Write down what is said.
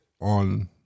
on